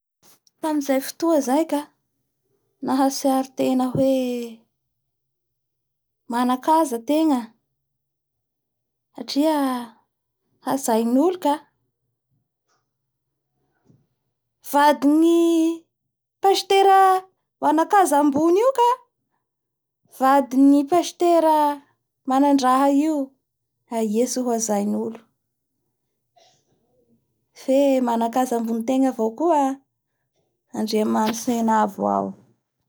Tamin'ny andro raiky zay la nahatsiaro tena ny robo raiky toy la nanomboky nanotany tena i;Ino mariny ny antompisiako ampony tany eto toy niforony mba hanao ino iaho toy kay?